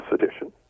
sedition